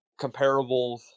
comparables